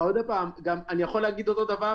אני יכול להגיד אותו דבר.